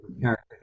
character